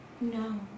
No